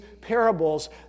parables